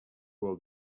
will